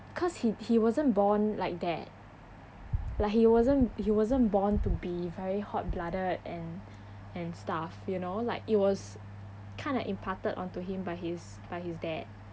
cause he he wasn't born like that like he wasn't he wasn't born to be very hot blooded and and stuff you know like it was kind of imparted onto him by his by his dad